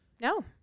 No